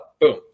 boom